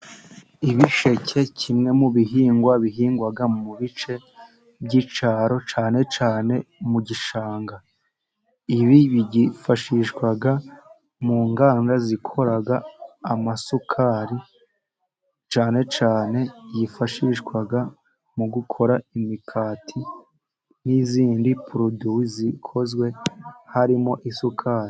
Ibisheke kimwe mu bihingwa bihingwa mu bice by'icyaro cyane cyane mu gishanga, ibi byifashishwa mu nganda zikora amasukari, cyane cyane yifashishwa mu gukora imigati n'izindi poroduwi zikozwe harimo: isukari.